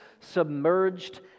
submerged